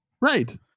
Right